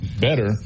better